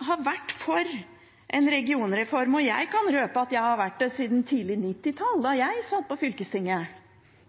har vært for en regionreform – jeg kan røpe at jeg har vært det siden 1990-tallet, da jeg satt på fylkestinget,